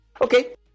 Okay